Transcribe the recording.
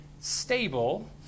stable